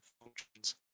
functions